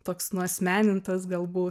toks nuasmenintas galbūt